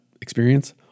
experience